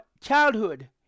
childhood